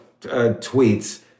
tweets